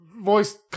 voice